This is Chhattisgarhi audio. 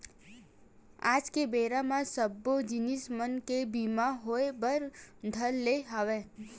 आज के बेरा म सब्बो जिनिस मन के बीमा होय बर धर ले हवय